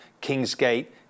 Kingsgate